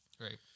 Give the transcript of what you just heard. right